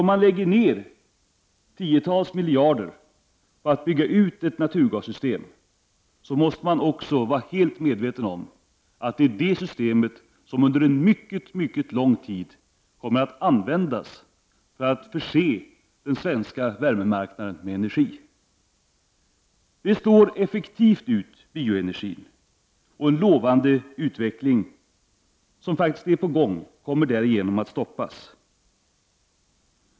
Om man lägger ner tiotals miljarder för att bygga ut ett naturgassystem, måste man också vara helt medveten om att det systemet under en mycket lång tid kommer att användas för att förse den svenska värmemarknaden med energi. Det slår effektivt ut bioenergin, och en lovande utveckling som faktiskt är på gång kommer därigenom att stoppas.